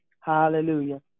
hallelujah